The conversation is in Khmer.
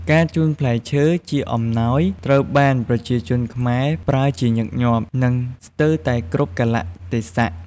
ការជូនផ្លែឈើជាអំណោយត្រូវបានប្រជាជនខ្មែរ ប្រើជាញឹកញាប់ និងស្ទើរតែគ្រប់កាលៈទេសៈ។